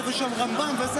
פה ושם רמב"ם ועוד.